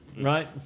Right